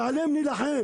ועליהם נילחם